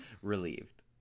Relieved